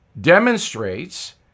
demonstrates